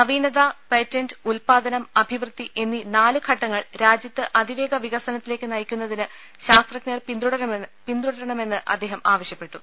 നവീനത patent ഉൽപ്പാദനം അഭിവൃദ്ധി എന്നീ നാല് ഘട്ടങ്ങൾ രാജ്യത്ത് അതിവേഗ വികസനത്തിലേക്ക് നയി ക്കുന്നതിന് ശാസ്ത്രജ്ഞർ പിന്തുടരണമെന്ന് അദ്ദേഹം ആവശ്യ പ്പെട്ടു